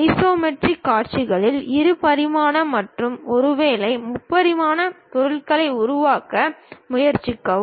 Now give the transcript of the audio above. isometric காட்சிகளில் இரு பரிமாண மற்றும் ஒருவேளை முப்பரிமாண பொருள்களை உருவாக்க முயற்சிக்கவும்